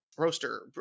Roaster